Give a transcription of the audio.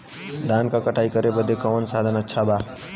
धान क कटाई करे बदे कवन साधन अच्छा बा?